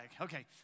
Okay